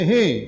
Hey